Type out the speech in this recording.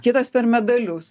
kitas per medalius